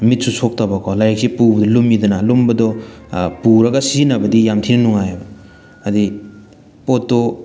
ꯃꯤꯠꯁꯨ ꯁꯣꯛꯇꯕꯀꯣ ꯂꯥꯏꯔꯤꯛꯁꯤ ꯄꯨꯕꯗ ꯂꯨꯝꯃꯤꯗꯅ ꯂꯨꯝꯕꯗꯣ ꯄꯨꯔꯒ ꯁꯤꯖꯤꯟꯅꯕꯗꯤ ꯌꯥꯝ ꯊꯤꯅ ꯅꯨꯡꯉꯥꯏꯌꯦꯕ ꯍꯥꯏꯗꯤ ꯄꯣꯠꯇꯣ